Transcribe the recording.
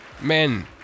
Men